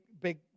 big